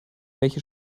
welche